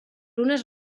unes